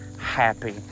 happy